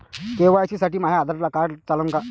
KYC साठी माह्य Aadhaar card चालन का?